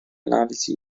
analisi